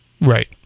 right